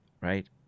Right